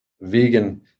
vegan